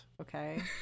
okay